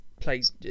plays